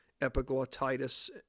epiglottitis